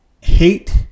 hate